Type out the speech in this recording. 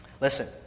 Listen